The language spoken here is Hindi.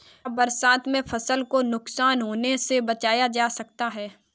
क्या बरसात में फसल को नुकसान होने से बचाया जा सकता है?